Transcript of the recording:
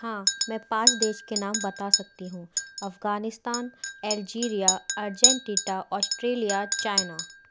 हाँ मैं पाँच देश के नाम बता सकती हूँ Afghanistan Algeria Argentina Australia China